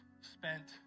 spent